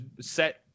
set